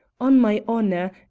on my honour,